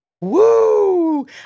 Woo